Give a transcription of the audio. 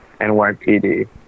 NYPD